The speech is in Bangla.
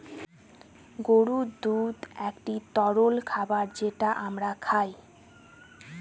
গরুর দুধ একটি তরল খাবার যেটা আমরা খায়